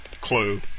clue